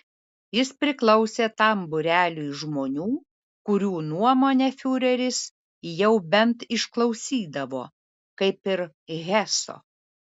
jis priklausė tam būreliui žmonių kurių nuomonę fiureris jau bent išklausydavo kaip ir heso